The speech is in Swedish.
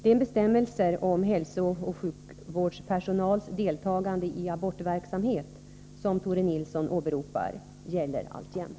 De bestämmelser om hälsooch sjukvårdspersonals deltagande i abortverksamhet som Tore Nilsson åberopar gäller alltjämt.